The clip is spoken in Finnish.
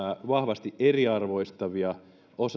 vahvasti eriarvoistavia